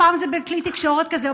פעם בכלי תקשורת כזה,